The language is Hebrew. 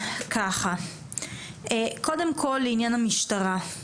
קודם כל לעניין המשטרה.